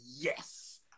yes